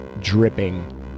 dripping